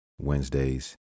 Wednesdays